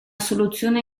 soluzione